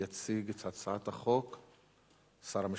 יציג את הצעת החוק שר המשפטים,